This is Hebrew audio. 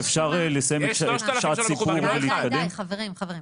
די, חברים.